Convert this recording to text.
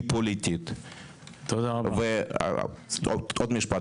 אז הרבה פעמים שאנחנו מדברים על אפשרות של שינוי,